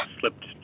slipped